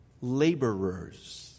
laborers